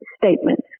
statements